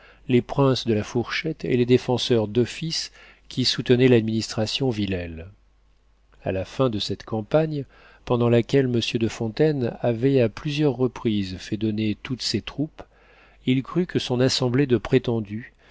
les princes de la fourchette et les défenseurs d'office qui soutenaient ladministration villèle a la fin de cette campagne pendant laquelle monsieur de fontaine avait à plusieurs reprises fait donner toutes ses troupes il crut que son assemblée de prétendus